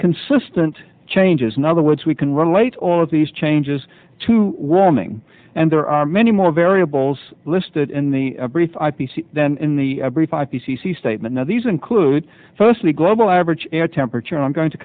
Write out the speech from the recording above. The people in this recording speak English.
consistent changes in other words we can relate all of these changes to warming and there are many more variables listed in the brief i p c c than in the brief i p c c statement now these include firstly global average air temperature and i'm going to